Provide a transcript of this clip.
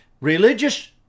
religious